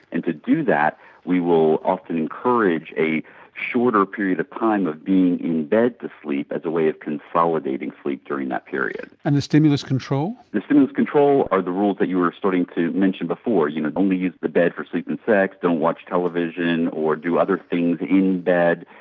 and to do that we will often encourage a shorter period of time of being in bed to sleep as a way of consolidating sleep during that period. and the stimulus control? the stimulus control are the rules that you were starting to mention before, you know, only use the bed for sleep and sex, don't watch television or do other things in bed,